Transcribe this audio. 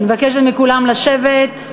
אני מבקשת מכולם לשבת.